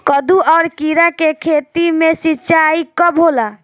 कदु और किरा के खेती में सिंचाई कब होला?